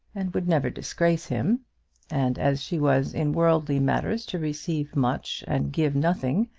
and would never disgrace him and as she was in worldly matters to receive much and give nothing,